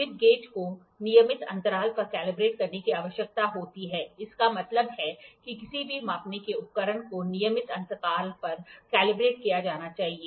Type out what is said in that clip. slip gauge को नियमित अंतराल पर कैलिब्रेट करने की आवश्यकता होती है इसका मतलब है कि किसी भी मापने के उपकरण को नियमित अंतराल पर कैलिब्रेट किया जाना है